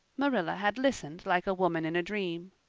marilla had listened like a woman in a dream.